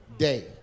Day